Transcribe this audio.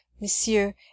Monsieur